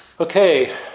Okay